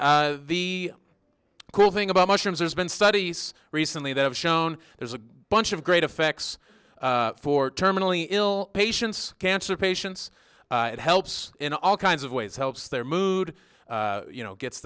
the cool thing about mushrooms there's been studies recently that have shown there's a bunch of great effects for terminally ill patients cancer patients it helps in all kinds of ways helps their mood you know gets